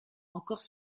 encore